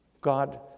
God